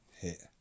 hit